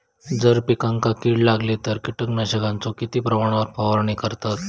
जर पिकांका कीड लागली तर कीटकनाशकाचो किती प्रमाणावर फवारणी करतत?